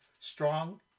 strong